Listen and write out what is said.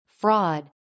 fraud